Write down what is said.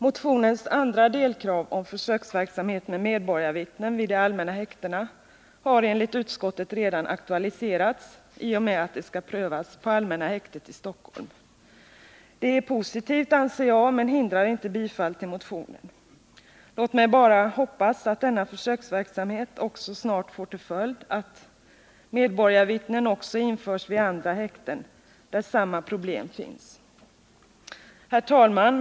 Motionens andra delkrav på försöksverksamhet med medborgarvittnen vid de allmänna häktena har enligt utskottet redan aktualiserats i och med att det skall prövas på allmänna häktet i Stockholm. Det är positivt, anser jag, men hindrar inte att vi bifaller motionen. Låt mig också bara hoppas att denna försöksverksamhet snart får till följd att medborgarvittnen införs även vid andra häkten, där samma problem finns. Herr talman!